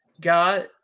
got